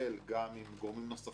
גם עם גורמים נוספים,